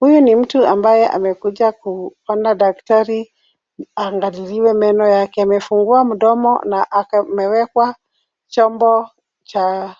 Huyu ni mtu ambaye amekuja kuona daktari angaliwe meno yake. Amefungua mdomo na amewekwa chombo cha